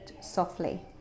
softly